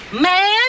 man